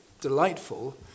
delightful